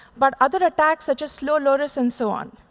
but other attacks, such as slowloris and so on.